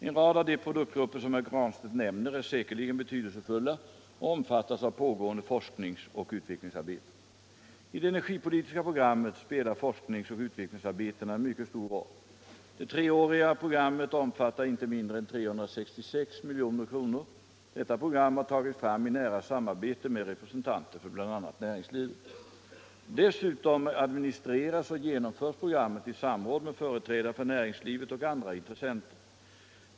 En rad av de produktgrupper som herr Granstedt nämner är säkerligen betydelsefulla och omfattas av pågående forskningsoch utvecklingsarbeten. I det energipolitiska programmet spelar forskningsoch utvecklingsarbetena en mycket stor roll. Det treåriga programmet omfattar inte mindre än 366 milj.kr. Detta program har tagits fram i nära samarbete med representanter för bl.a. näringslivet. Dessutom administreras och genomförs programmet i samråd med företrädare för näringslivet och andra intressenter.